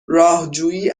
راهجویی